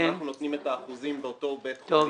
אנחנו נותנים את האחוזים באותו בית חולים.